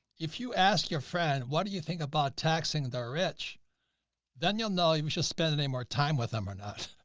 if you ask your friend, what do you think about taxing the rich then you'll know you can just spend any more time with them or not